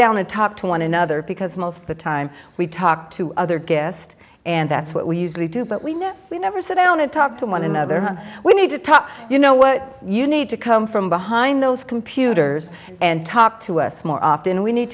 down and talk to one another because most of the time we talk to other guests and that's what we usually do but we know we never sit down and talk to one another we need to talk you know what you need to come from behind those computers and talk to us more often we need